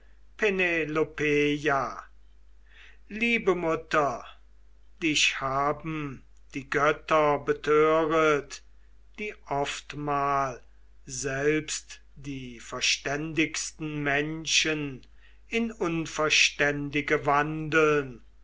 liebe mutter dich haben die götter betöret die oftmal selbst die verständigsten menschen in unverständige wandeln